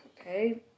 Okay